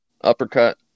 uppercut